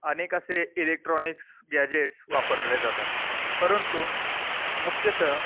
अनेक असे electronics gadgets वापरले जातात परंतु मुख्यतः